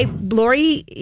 Lori